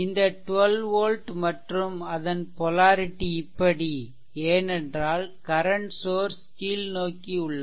இந்த 12 volt மற்றும் அதன் பொலாரிடி இப்படி ஏனென்றால் கரன்ட் சோர்ஸ் கீழ்நோக்கி உள்ளது